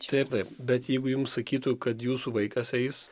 taip taip bet jeigu jums sakytų kad jūsų vaikas eis